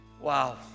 Wow